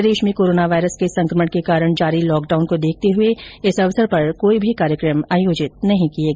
प्रदेश में corona virus के संकमण के कारण जारी लॉकडाउन को देखते हुए इस अवसर पर कोई भी कार्यक्रम आयोजित नहीं किया गया है